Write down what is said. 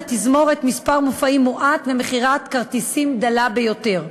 לתזמורת מספר מופעים מועט ומכירת כרטיסים דלה ביותר.